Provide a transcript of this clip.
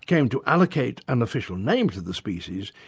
came to allocate an official name to the species,